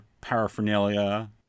paraphernalia